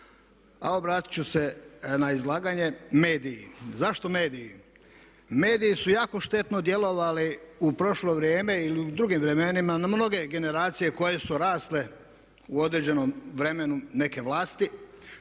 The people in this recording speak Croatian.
A obratiti ću se na izlaganje – mediji. Zašto mediji? Mediji su jako štetno djelovali u prošlo vrijeme ili u drugim vremenima na mnoge generacije koje su rasle u određenom vremenu neke vlasti.